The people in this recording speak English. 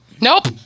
Nope